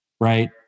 right